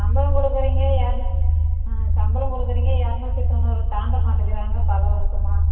சம்பளம் கொடுக்குறீங்க எர ஆ சம்பளம் கொடுக்குறீங்க இரநூத்தி தொண்ணூறை தாண்ட மாட்டேங்கிறாங்க பல வருஷமா